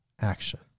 Action